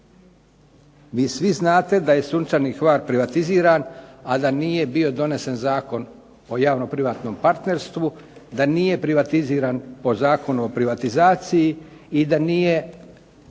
Vi svi znate da je "Sunčani Hvar" privatiziran, a da nije bio donesen Zakon o javnom privatnom partnerstvu, da nije privatiziran po Zakonu o privatizaciji i da nije